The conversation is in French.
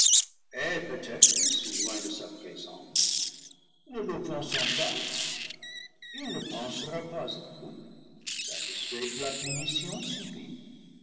peut-être si loin de sa présence ne l'offensant pas il ne pensera pas à nous satisfait de la punition subie